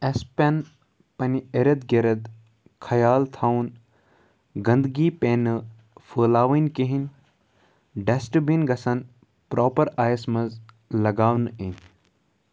اَسہِ پٮ۪ن پَنٛنہِ ارد گِرد خیال تھاوُن گنٛدگی پے نہٕ پھٲلوٕنۍ کِہیٖنۍ ڈَسٹ بِن گژھَن پرٛاپر آیَس منٛز لگاونہٕ یِنۍ